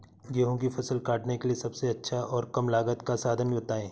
गेहूँ की फसल काटने के लिए सबसे अच्छा और कम लागत का साधन बताएं?